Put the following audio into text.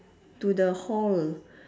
to the hall